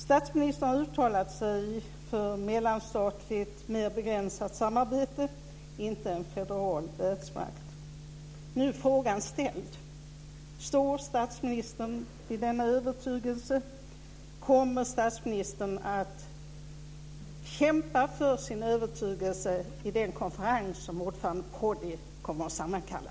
Statsministern har uttalat sig för mellanstatligt, mer begränsat samarbete, inte en federal världsmakt. Nu är frågan ställd. Står statsministern vid denna övertygelse? Kommer statsministern att kämpa för sin övertygelse i den konferens som ordförande Prodi kommer att sammankalla?